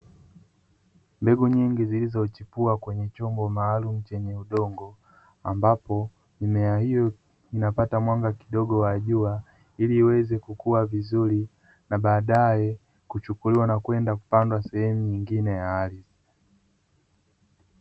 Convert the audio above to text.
Mbegu nyingi zilizochipua kwenye chombo maalumu chenye udongo ambapo mimea hiyo inapata mwanga kidogo wa jua ili iweze kukua vizuri na baadae kuchukuliwa na kwenda kupandwa sehemu nyingine ya ardhi.